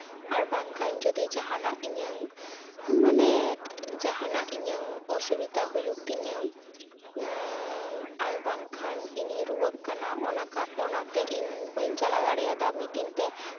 ᱟᱨ ᱵᱟᱝᱠᱷᱟᱱ ᱡᱚᱫᱤ ᱡᱟᱦᱟᱱᱟᱜ ᱤᱧᱟᱹᱝ ᱢᱟᱱᱮ ᱡᱟᱦᱟᱱᱟᱜ ᱤᱧᱟᱹᱝ ᱚᱥᱩᱵᱤᱫᱷᱟ ᱦᱩᱭᱩᱜ ᱛᱤᱧᱟᱹ ᱟᱨ ᱵᱟᱝᱠᱷᱟᱱ ᱤᱧᱤᱧ ᱨᱩᱣᱟᱹᱜ ᱠᱟᱱᱟ ᱚᱱᱟ ᱚᱱᱟᱛᱮ ᱤᱧ ᱵᱟᱹᱧ ᱪᱟᱞᱟᱣ ᱫᱟᱲᱮᱭᱟᱫᱟ ᱢᱤᱴᱤᱝ ᱛᱮ